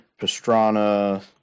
Pastrana